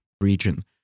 region